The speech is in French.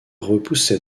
repoussent